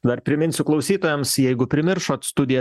dar priminsiu klausytojams jeigu primiršot studija